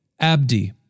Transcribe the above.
Abdi